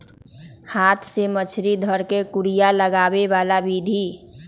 हाथ से मछरी ध कऽ कुरिया लगाबे बला विधि